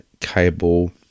cable